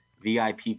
VIP